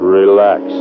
relax